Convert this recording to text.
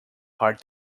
heart